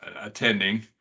attending